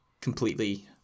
completely –